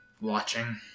Watching